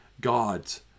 God's